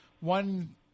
one